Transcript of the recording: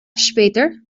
später